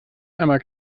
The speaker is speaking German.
einmal